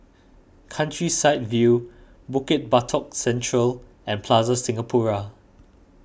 Countryside View Bukit Batok Central and Plaza Singapura